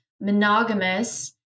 monogamous